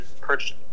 purchased